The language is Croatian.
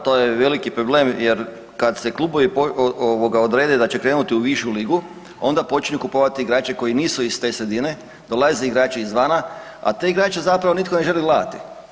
Naravno, to je veliki problem jer kad se klubovi odrede da će krenuti u višu ligu, onda počinju kupovati igrače koji nisu iz te sredine, dolaze igrači izvana, a te igrače zapravo nitko ne želi gledati.